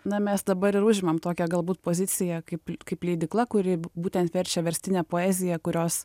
na mes dabar ir užimam tokią galbūt poziciją kaip kaip leidykla kuri būtent verčia verstinę poeziją kurios